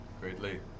Greatly